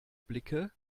blicke